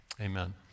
Amen